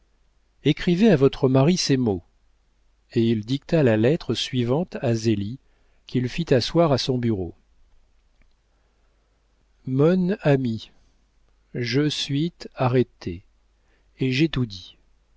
écrivez à votre mari ces mots et il dicta la lettre suivante à zélie qu'il fit asseoir à son bureau mone amit geu suit arraité et geai tou di